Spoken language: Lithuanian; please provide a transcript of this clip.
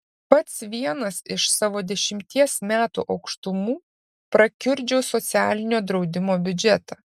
pats vienas iš savo dešimties metų aukštumų prakiurdžiau socialinio draudimo biudžetą